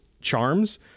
charms